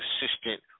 assistant